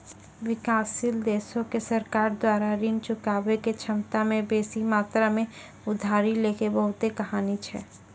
विकासशील देशो के सरकार द्वारा ऋण चुकाबै के क्षमता से बेसी मात्रा मे उधारी लै के बहुते कहानी छै